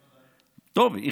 בוודאי.